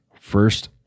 first